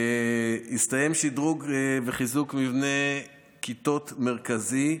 שם הסתיים שדרוג וחיזוק מבנה כיתות מרכזי.